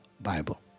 Bible